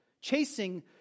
chasing